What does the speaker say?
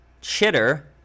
chitter